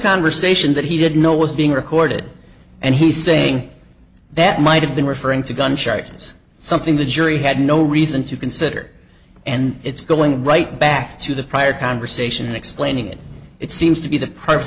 conversation that he didn't know was being recorded and he's saying that might have been referring to gun charges something the jury had no reason to consider and it's going right back to the prior conversation and explaining it it seems to be the pr